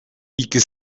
ике